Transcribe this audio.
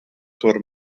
sur